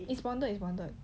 is bonded is bonded